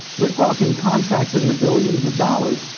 we're talking contracts in the billions of dollars.